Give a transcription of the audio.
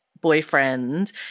boyfriend